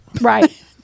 right